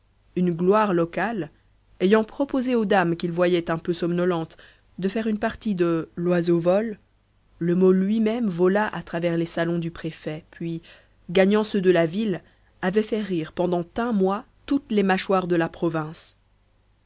une gloire locale ayant proposé aux dames qu'il voyait un peu somnolentes de faire une partie de loiseau vole le mot lui-même vola à travers les salons du préfet puis gagnant ceux de la ville avait fait rire pendant un mois toutes les mâchoires de la province